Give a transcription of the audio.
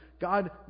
God